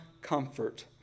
comfort